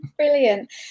Brilliant